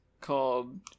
called